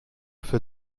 für